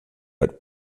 but